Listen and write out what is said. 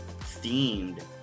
themed